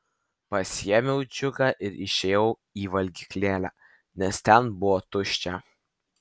pasiėmiau džiugą ir išėjau į valgyklėlę nes ten buvo tuščia